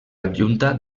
adjunta